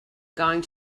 going